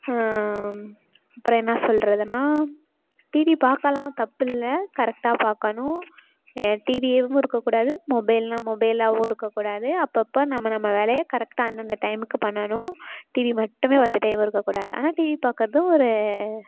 அப்புறம் என்ன சொல்றதுன்னால் டிவி பார்க்கலாம் தப்பில்லை கரெக்டாக பார்க்கணும் டிவியேவும் இருக்கக்கூடாது மொபைல்னா மொபைலாவும் இருக்கக்கூடாது அப்பப்போ நம்ம நம்ம வேலையை கரெக்டாக அந்தந்த டைம்க்கு பண்ணணும் டிவியை மட்டுமே பார்த்துட்டேவும் இருக்கக்கூடாது ஆனால் டிவி பார்க்கறது ஒரு